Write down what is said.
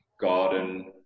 garden